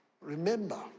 remember